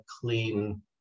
clean